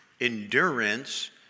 endurance